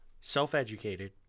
self-educated